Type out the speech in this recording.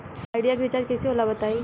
Idea के recharge कइसे होला बताई?